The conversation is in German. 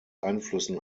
einflüssen